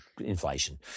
inflation